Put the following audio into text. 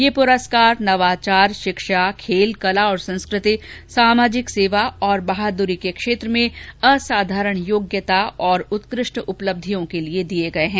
ये पुरस्कार नवाचार शिक्षा खेल कला और संस्कृति सामाजिक सेवा और बहादुरी के क्षेत्र में असाधारण योग्यता और उत्कृष्ट उपलब्धियों के लिए दिये गये है